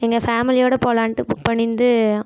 எங்கள் ஃபேம்லியோட போகலான்ட்டு புக் பண்ணியிருந்து